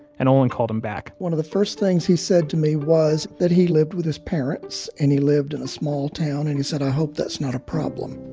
and olin called him back one of the first things he said to me was that he lived with his parents, and he lived in a small town. and he said, i hope that's not a problem.